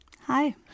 Hi